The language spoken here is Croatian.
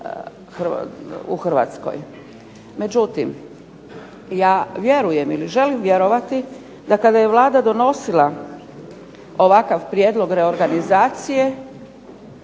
u Hrvatskoj. Međutim ja vjerujem ili želim vjerovati da kada je Vlada donosila ovakav prijedlog reorganizacije,